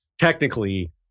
Technically